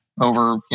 over